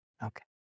Okay